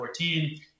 2014